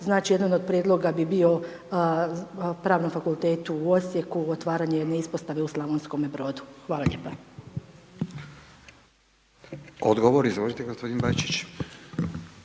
Znači jedan od prijedloga bi bio Pravnom fakultetu u Osijeku otvaranje jedne ispostave u Slavonskome Brodu. Hvala lijepa. **Radin, Furio